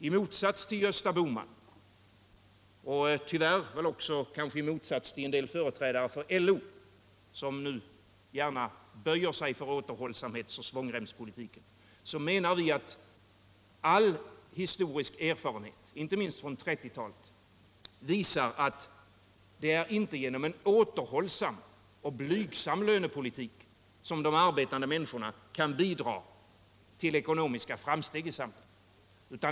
I motsats till Gösta Bohman och tyvärr kanske också i motsats till en del företrädare för LO, som nu gärna böjer sig för återhållsamhetsoch svångremspolitiken, menar vi att all historisk erfarenhet, inte minst från 1930 talet, visar att det inte är genom en återhållsam och blygsam lönepolitik som de arbetande människorna kan bidra till ekonomiska framsteg i samhället.